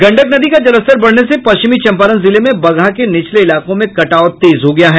गंडक नदी का जलस्तर बढ़ने से पश्चिमी चंपारण जिले में बगहा के निचले इलाकों में कटाव तेज हो गया है